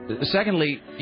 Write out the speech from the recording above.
Secondly